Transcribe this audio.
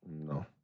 No